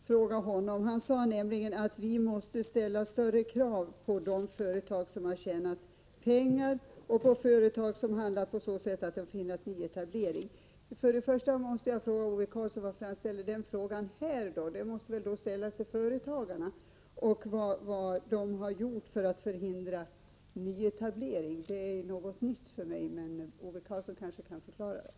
Herr talman! Helt kort vill jag bara säga några ord till Ove Karlsson. Han sade nämligen att vi måste ställa större krav på de företag som har tjänat pengar och även på de företag som har handlat på ett sådant sätt att de förhindrat nyetablering. Först och främst måste jag fråga Ove Karlsson varför han tog upp dessa frågor här. De måste väl ändå ställas till företagarna. Att dessa skulle ha gjort någonting som förhindrar nyetablering är någonting nytt för mig. Men Ove Karlsson kanske kan ge en förklaring.